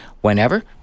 whenever